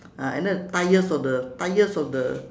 ah and then the tyres of the tyres of the